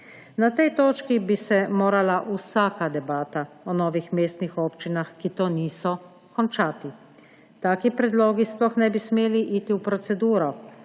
Na tej točki bi se morala vsaka debata o novih mestnih občinah, ki to niso, končati. Taki predlogi sploh ne bi smeli iti v proceduro.